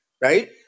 right